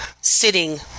sitting